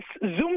Zoom